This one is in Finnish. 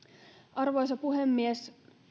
arvoisa puhemies